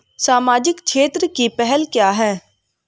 सामाजिक क्षेत्र की पहल क्या हैं?